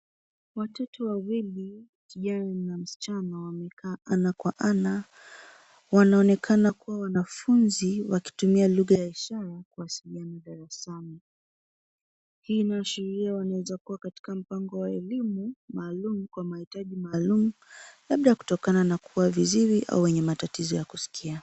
Watoto wawili, kijana na msichana wamekaa ana kwa ana. Wanaonekana kuwa wanafunzi wakitumia lugha ya ishara kuwasiliana darasani. Hii inaashiria wanaweza kuwa katika mpango wa elimu maalum kwa mahitaji maalum labda kutokana na kuwa viziwi au wenye matatizo ya kusikia.